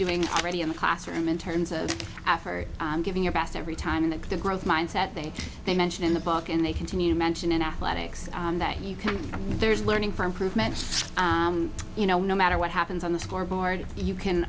doing already in the classroom in terms of effort giving your best every time the growth mindset that they mention in the book and they continue to mention in athletics that you can there's learning for improvement you know no matter what happens on the scoreboard you can